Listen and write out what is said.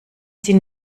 sie